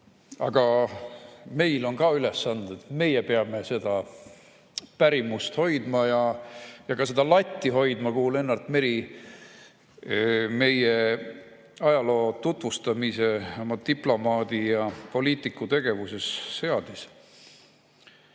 Aga meil on ka ülesanded. Meie peame seda pärimust hoidma ja hoidma ka seda latti, kuhu Lennart Meri meie ajaloo tutvustamise oma diplomaadi‑ ja poliitikutegevuses seadis.